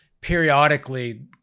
Periodically